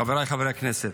חבריי חברי הכנסת,